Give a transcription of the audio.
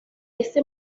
este